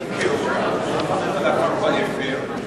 דיכא אותה, הפך אותה לעפר ואפר,